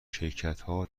شرکتها